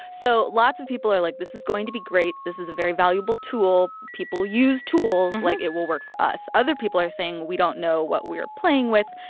so lots of people are, like, this is going to be great. this is a very valuable tool. people use tools. like, it will work for us other people are saying we don't know what we're playing with.